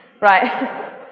right